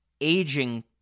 aging